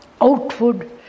outward